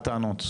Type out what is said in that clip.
בטענות.